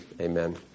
Amen